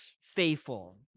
faithful